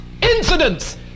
Incidents